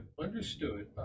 understood